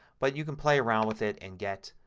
but you can play around with it and get,